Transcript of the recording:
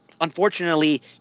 unfortunately